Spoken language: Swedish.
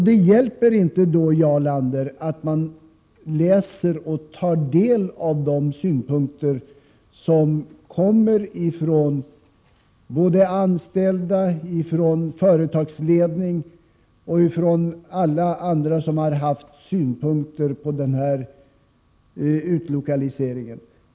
Det hjälper då inte, Jarl Lander, att man läser och tar del av de synpunkter som kommer från både anställda, företagsledningen och alla andra som har haft synpunkter på utlokaliseringen.